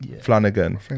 Flanagan